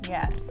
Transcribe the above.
Yes